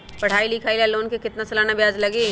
पढाई लिखाई ला लोन के कितना सालाना ब्याज लगी?